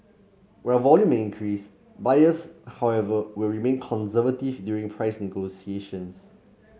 while volume may increase buyers however will remain conservative during price negotiations